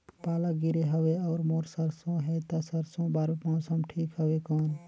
पाला गिरे हवय अउर मोर सरसो हे ता सरसो बार मौसम ठीक हवे कौन?